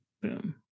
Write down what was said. Boom